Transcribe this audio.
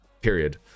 Period